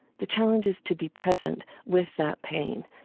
the challenge is to be present with that pain.